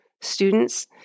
students